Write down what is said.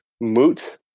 moot